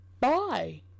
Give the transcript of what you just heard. bye